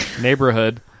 neighborhood